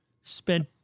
spent